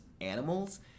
animals